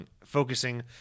focusing